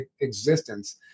existence